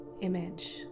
image